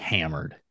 Hammered